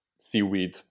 Seaweed